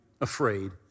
afraid